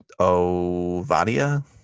Ovadia